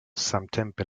samtempe